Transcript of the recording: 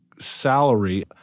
salary